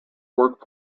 work